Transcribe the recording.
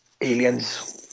Aliens